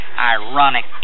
ironic